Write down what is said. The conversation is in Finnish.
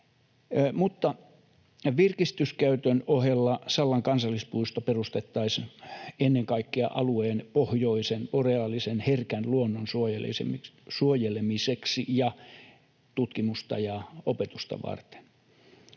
Virkistyskäytön ohella Sallan kansallispuisto perustettaisiin ennen kaikkea alueen pohjoisen, boreaalisen, herkän luonnon suojelemiseksi ja tutkimusta ja opetusta varten.